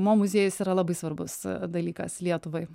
mo muziejus yra labai svarbus dalykas lietuvai